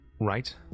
Right